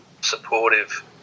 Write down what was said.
supportive